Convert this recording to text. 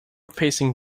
facing